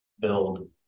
build